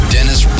Dennis